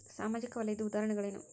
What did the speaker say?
ಸಾಮಾಜಿಕ ವಲಯದ್ದು ಉದಾಹರಣೆಗಳೇನು?